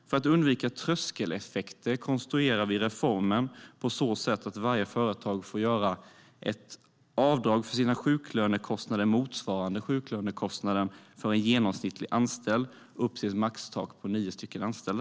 För att undvika tröskeleffekter konstruerar vi reformen på så sätt att varje företag får göra ett avdrag för sina sjuklönekostnader motsvarande sjuklönekostnaden för en genomsnittlig anställd upp till ett maxtak på nio anställda.